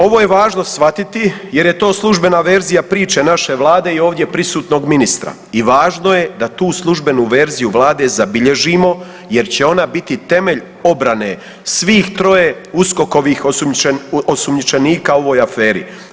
Ovo je važno shvatiti jer je to službena verzija priče naše vlade i ovdje prisutnog ministra i važno je da tu službenu verziju vlade zabilježimo jer će ona biti temelj obrane svih troje USKOK-ovih osumnjičenika u ovoj aferi.